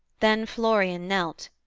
then florian knelt,